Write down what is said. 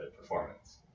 performance